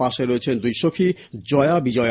পাশে রয়েছেন দুই সখী জয়া বিজয়া